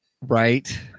Right